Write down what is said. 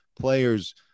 players